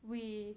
we